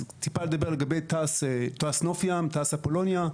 אז טיפה לדבר לגבי תעש נוף ים, תעש אפולוניה,